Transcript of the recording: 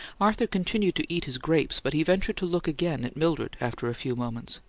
arthur continued to eat his grapes, but he ventured to look again at mildred after a few moments.